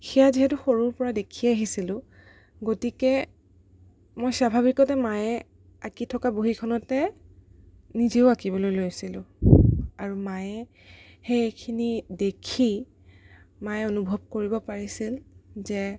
সেয়া যিহেতু সৰুৰপৰা দেখিয়ে আহিছিলোঁ গতিকে মই স্ৱাভাৱিকতে মায়ে আঁকি থকা বহীখনতে নিজেও আঁকিবলৈ লৈছিলোঁ আৰু মায়ে সেইখিনি দেখি মায়ে অনুভৱ কৰিব পাৰিছিল যে